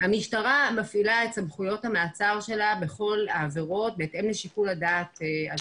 המשטרה מפעילה את סמכויות המעצר שלה בכל העבירות בהתאם לשיקול הדעת על